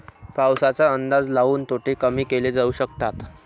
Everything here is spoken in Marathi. पाऊसाचा अंदाज लाऊन तोटे कमी केले जाऊ शकतात